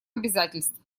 обязательств